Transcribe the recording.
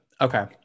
Okay